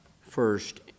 first